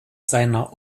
seiner